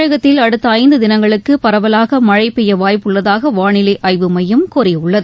தமிழகத்தில் அடுத்த ஐந்து தினங்களுக்கு பரவலாக மழை பெய்ய வாய்ப்புள்ளதாக வாளிலை ஆய்வு மையம் கூறியுள்ளது